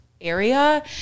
area